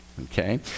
okay